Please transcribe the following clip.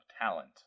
talent